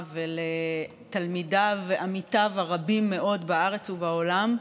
ולתלמידיו ועמיתיו הרבים מאוד בארץ ובעולם.